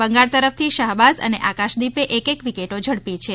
બંગાળ તરફથી શાહબાઝ અને આકાશદીપે એક એક વિકેટો ઝડપી છે